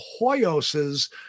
Hoyos's